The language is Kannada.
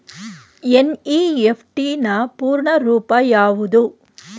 ಎನ್.ಇ.ಎಫ್.ಟಿ ನ ಪೂರ್ಣ ರೂಪ ಯಾವುದು?